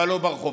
אבל לא ברחובות,